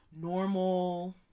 normal